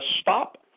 stop